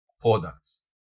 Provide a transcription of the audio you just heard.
products